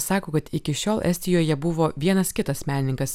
sako kad iki šiol estijoje buvo vienas kitas menininkas